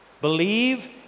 Believe